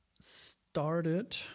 started